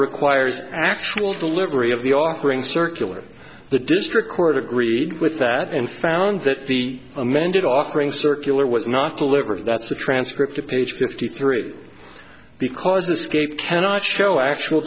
requires actual delivery of the offering circular the district court agreed with that and found that the amended offering circular was not delivered that's a transcript of page fifty three because the skate cannot show actual